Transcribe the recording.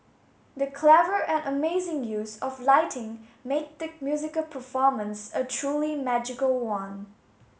the clever and amazing use of lighting made the musical performance a truly magical one